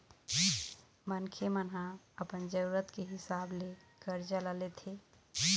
मनखे मन ह अपन जरुरत के हिसाब ले करजा ल लेथे